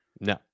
No